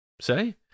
say